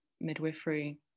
midwifery